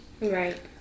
Right